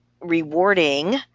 rewarding